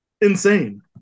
insane